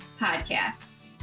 podcast